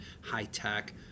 high-tech